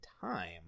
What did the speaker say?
time